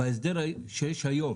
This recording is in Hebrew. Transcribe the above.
בהסדר שיש היום